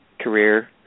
career